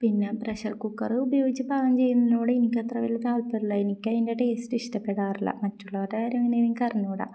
പിന്നെ pressure cooker ഉപയോഗിച്ചു പാകം ചെയ്യുന്നതിനോട് എനിക്ക് അത്ര വലയ താല്പര്യമില്ല എനിക്ക് അതിൻ്റെ ടേസ്റ്റ് ഇഷ്ടപ്പെടാറില്ല മറ്റുള്ളവരെ കാര്യം എങ്ങനെ എനിക്ക് അറിഞ്ഞു കൂട